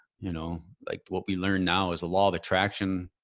you know, like what we learn now is a law of attraction,